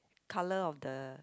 colour of the